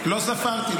לא ספרתי.